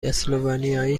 اسلوونیایی